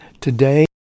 today